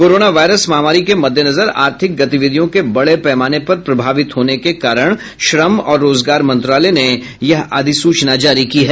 corona virus महामारी के मद्देनजर आर्थिक गतिविधियों के बड़े पैमाने पर प्रभावित होने के कारण श्रम और रोजगार मंत्रालय ने यह अधिसूचना जारी की है